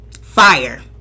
Fire